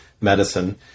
medicine